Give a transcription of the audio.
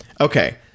Okay